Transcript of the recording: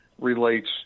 relates